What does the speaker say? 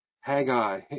Haggai